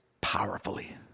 powerfully